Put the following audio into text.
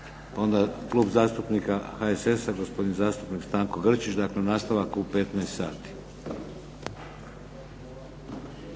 Onda Klub zastupnika HSS-a, gospodin zastupnik Stanko Grčić. Dakle, nastavak u 15,00 sati.